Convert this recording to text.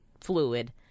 fluid